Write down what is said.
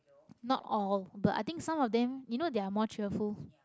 not all but I think some of them you know they are more cheerful